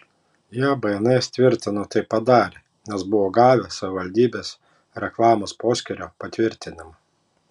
jie bns tvirtino tai padarę nes buvo gavę savivaldybės reklamos poskyrio patvirtinimą